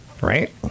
Right